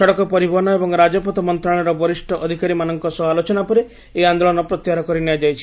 ସଡ଼କ ପରିବହନ ଏବଂ ରାଜପଥ ମନ୍ତ୍ରଣାଳୟର ବରିଷ୍ଠ ଅଧିକାରୀମାନଙ୍କ ସହ ଆଲୋଚନା ପରେ ଏହି ଆନ୍ଦୋଳନ ପ୍ରତ୍ୟାହାର କରିନିଆଯାଇଛି